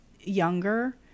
younger